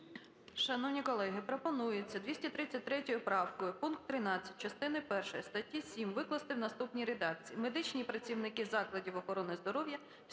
Шановні колеги, пропонується 233 правкою пункт 13 частини першої статті 7 викласти в наступній редакції: "медичні працівники закладів охорони здоров'я